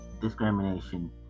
discrimination